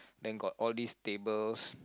then got all these tables